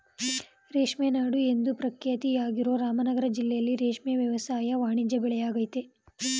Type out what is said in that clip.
ರೇಷ್ಮೆ ನಾಡು ಎಂದು ಪ್ರಖ್ಯಾತಿಯಾಗಿರೋ ರಾಮನಗರ ಜಿಲ್ಲೆಲಿ ರೇಷ್ಮೆ ವ್ಯವಸಾಯ ವಾಣಿಜ್ಯ ಬೆಳೆಯಾಗಯ್ತೆ